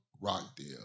Rockdale